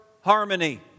harmony